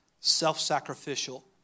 Self-sacrificial